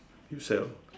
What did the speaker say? you sell